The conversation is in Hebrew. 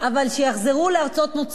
אבל שיחזרו לארצות מוצאם,